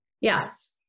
Yes